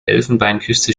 elfenbeinküste